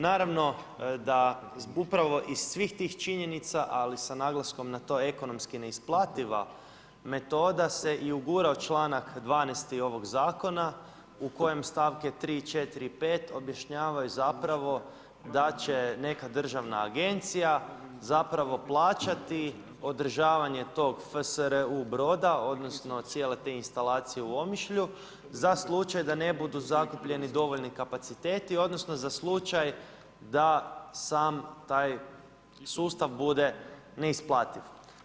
Naravno da upravo iz svih tih činjenica, ali sa naglaskom sa to ekonomski neisplativa metoda se i ugura u članak 12. ovog zakona u kojem stavke 3., 4. i 5. objašnjavaju zapravo da će neka državna agencija zapravo plaćati održavanje tog FSRU broda, odnosno cijele te instalacije u Omišlju za slučaj da ne budu zakupljeni dovoljni kapaciteti, odnosno za slučaj da sam taj sustav bude neisplativ.